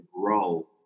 grow